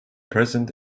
present